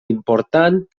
important